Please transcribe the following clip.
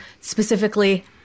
specifically